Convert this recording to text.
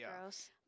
gross